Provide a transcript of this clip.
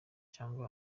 cyangwa